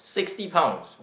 sixty pounds